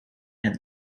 and